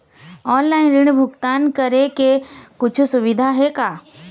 Online ऋण भुगतान करे के कुछू सुविधा हे का?